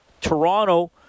Toronto